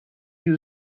you